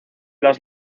las